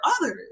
others